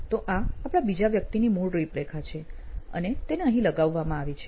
તો આ આપણા બીજા વ્યક્તિની મૂળ રૂપરેખા છે અને તેને અહીં લગાવવામાં આવી છે